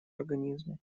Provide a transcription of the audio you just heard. организме